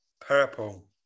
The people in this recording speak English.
purple